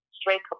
straight